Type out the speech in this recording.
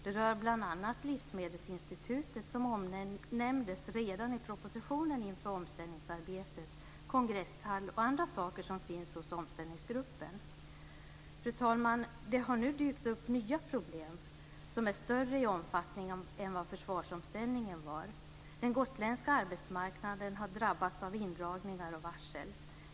Det rör bl.a. Livsmedelsinstitutet, som omnämndes redan i propositionen inför omställningsarbetet, kongresshall och andra saker som finns hos omställningsgruppen. Fru talman! Det har nu dykt upp nya problem som är större i omfattning än vad försvarsomställningen var. Den gotländska arbetsmarknaden har drabbats av indragningar och varsel.